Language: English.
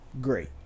great